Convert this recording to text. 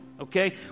okay